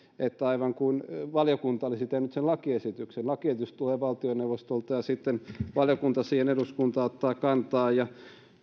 että aivan kuin valiokunta olisi tehnyt sen lakiesityksen lakiesitys tulee valtioneuvostolta ja sitten siihen valiokunta ja eduskunta ottavat kantaa ja